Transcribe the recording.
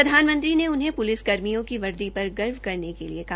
प्रधानमंत्री ने उन्हें प्लिस कर्मियों की वर्दी पर गर्व करने के लिए कहा